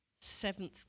seventh